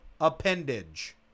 appendage